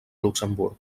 luxemburg